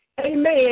amen